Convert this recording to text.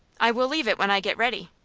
i will leave it when i get ready.